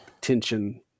tension